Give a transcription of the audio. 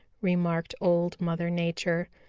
remarked old mother nature.